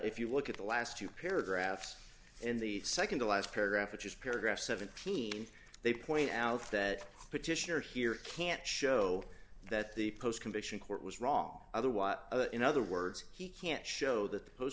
if you look at the last two paragraphs and the nd to last paragraph which is paragraph seventeen they point out that petitioner here can't show that the postcondition court was wrong otherwise in other words he can't show that